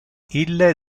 ille